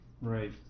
Right